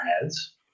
heads